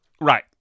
right